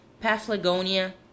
Paphlagonia